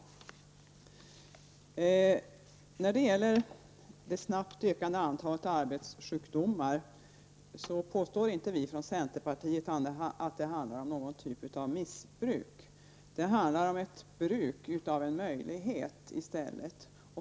Vi från centerpartiet påstår inte att det starkt ökande antalet arbetssjukdomar kommer sig av ett missbruk. Det handlar i stället om ett bruk av en möjlighet.